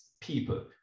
people